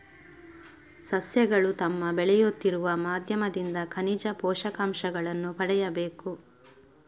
ಸಸ್ಯಗಳು ತಮ್ಮ ಬೆಳೆಯುತ್ತಿರುವ ಮಾಧ್ಯಮದಿಂದ ಖನಿಜ ಪೋಷಕಾಂಶಗಳನ್ನು ಪಡೆಯಬೇಕು